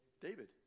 David